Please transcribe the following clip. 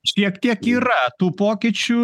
šiek tiek yra tų pokyčių